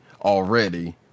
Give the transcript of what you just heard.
already